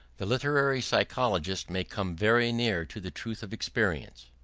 the literary psychologist may come very near to the truth of experience.